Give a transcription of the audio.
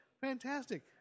fantastic